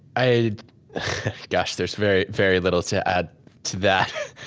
i gosh, there's very very little to add to that.